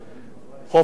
חופש המחאה,